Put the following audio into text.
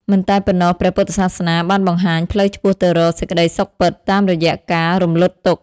មិនតែប៉ុណ្ណោះព្រះពុទ្ធសាសនាបានបង្ហាញផ្លូវឆ្ពោះទៅរក សេចក្ដីសុខពិត តាមរយៈការរំលត់ទុក្ខ។